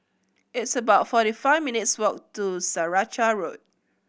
it's about forty five minutes' walk to Saraca Road